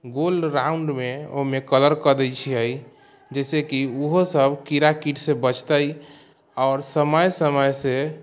गोल राउण्डमे ओहिमे कलर कऽ दै छिए जइसेकि ओहोसब कीड़ा कीटसँ बचतै आओर समय समयसँ